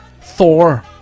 Thor